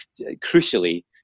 crucially